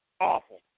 awful